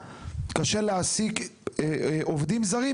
קשה להעסיק עובדים זרים,